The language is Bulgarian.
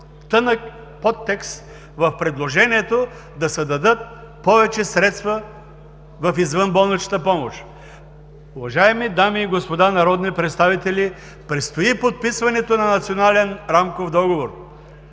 тънък подтекст в предложението да се дадат повече средства в извънболничната помощ. Уважаеми дами и господа народни представители! Предстои подписването на Национален рамков договор.